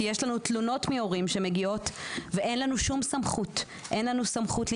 כי יש לנו תלונות מהורים שמגיעות ואין לנו סמכות להיכנס,